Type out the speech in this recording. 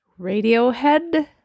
Radiohead